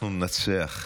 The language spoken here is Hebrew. אנחנו ננצח.